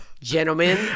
gentlemen